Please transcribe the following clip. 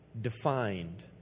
defined